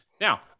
now